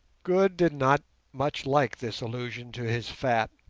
good did not much like this allusion to his fat,